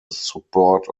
support